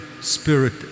Spirit